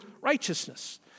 righteousness